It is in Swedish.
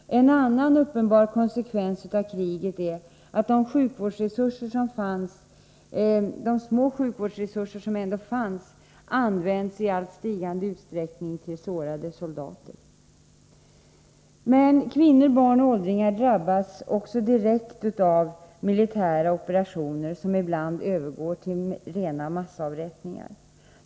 En annan uppenbar konsekvens av kriget är att de små sjukvårdsresurser som ändå finns, i stigande utsträckning används till sårade soldater. Kvinnor, barn och åldringar drabbas emellertid också direkt av militära operationer, som ibland övergår till rena massavrättningar.